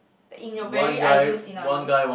in your very ideal scenario